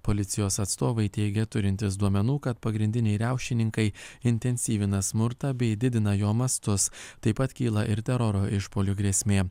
policijos atstovai teigia turintys duomenų kad pagrindiniai riaušininkai intensyvina smurtą bei didina jo mastus taip pat kyla ir teroro išpuolių grėsmė